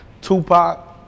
Tupac